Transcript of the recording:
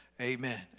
Amen